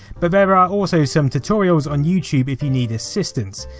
but there are also some tutorials on youtube if you need assistance.